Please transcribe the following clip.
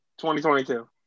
2022